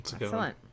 Excellent